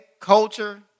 culture